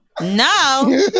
No